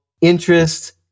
interest